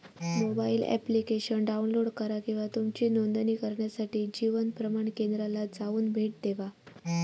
mobile application download करा किंवा तुमची नोंदणी करण्यासाठी जीवन प्रमाण केंद्राला जाऊन भेट देवा